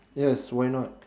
yes why not